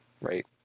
right